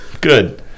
Good